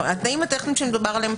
זאת אומרת, אין הוצאה של מידע